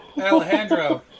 Alejandro